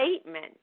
statement